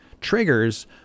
triggers